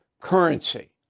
currency